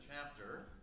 chapter